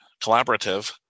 collaborative